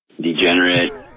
degenerate